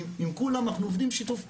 עם כולם אנחנו עובדים בשיתוף פעולה,